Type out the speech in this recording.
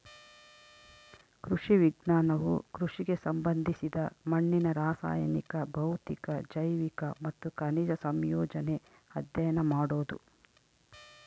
ಕೃಷಿ ವಿಜ್ಞಾನವು ಕೃಷಿಗೆ ಸಂಬಂಧಿಸಿದ ಮಣ್ಣಿನ ರಾಸಾಯನಿಕ ಭೌತಿಕ ಜೈವಿಕ ಮತ್ತು ಖನಿಜ ಸಂಯೋಜನೆ ಅಧ್ಯಯನ ಮಾಡೋದು